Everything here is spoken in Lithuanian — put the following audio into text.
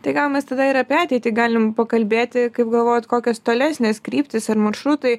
tai gal mes tada ir apie ateitį galim pakalbėti kaip galvojat kokios tolesnės kryptys ir maršrutai